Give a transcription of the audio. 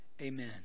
amen